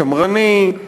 שמרני,